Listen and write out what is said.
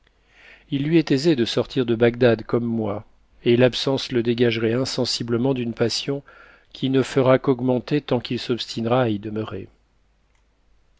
il lui est aisé de sortir de bagdad comme moi et l'absence le dégagerait insensiblement d'une passion qui ne fera qu'augmenter tant qu'il s'obstinera à